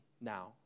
now